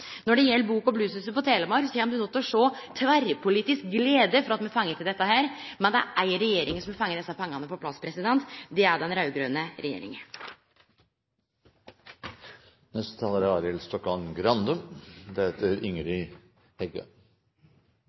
Når det gjeld Bok- og blueshuset i Telemark, kjem de no til å sjå tverrpolitisk glede for at me har fått til dette, men det er éi regjering som har fått desse pengane på plass – det er den